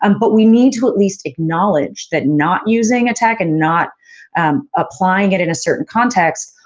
um but we need to at least acknowledge that not using a tech, and not applying it in a certain context,